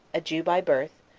a jew by birth,